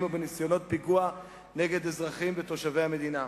או בניסיונות פיגוע נגד אזרחים ותושבי המדינה.